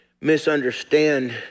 Misunderstand